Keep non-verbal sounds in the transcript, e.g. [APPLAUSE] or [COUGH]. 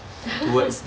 [LAUGHS]